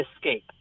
escape